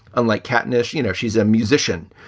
unlike katniss, you know, she's a musician.